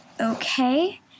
okay